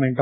merge